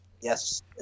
Yes